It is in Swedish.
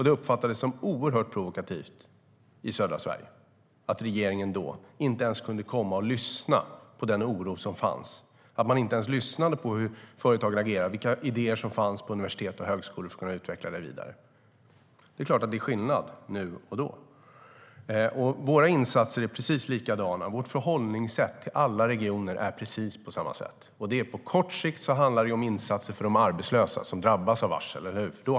Det uppfattades som oerhört provokativt i södra Sverige att regeringen inte ens kunde komma och lyssna på den oro som fanns, hur företagen agerade och vilka idéer som fanns på universitet och högskolor för att kunna utveckla vidare. Det är klart att det är skillnad på nu och då. Våra insatser och förhållningssätt till alla regioner är precis likadana. På kort sikt handlar det om insatser för de arbetslösa som drabbas av varsel.